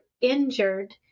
injured